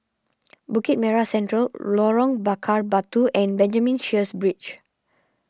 Bukit Merah Central Lorong Bakar Batu and Benjamin Sheares Bridge